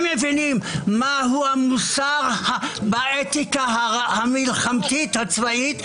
מבינים מהו המוסר והאתיקה המלחמתית הצבאית.